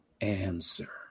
answer